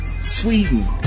Sweden